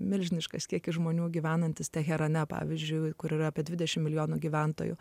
milžiniškas kiekis žmonių gyvenantys teherane pavyzdžiui kur yra apie dvidešimt milijonų gyventojų